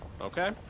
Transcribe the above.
Okay